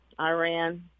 Iran